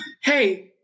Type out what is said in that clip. Hey